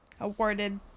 awarded